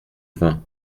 vingt